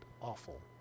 awful